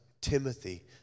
Timothy